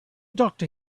doctor